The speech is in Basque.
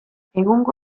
egungo